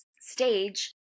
stage